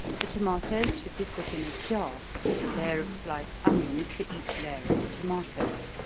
the tomatos should be put in a jar, with a layer of sliced onions to each layer of the tomatos,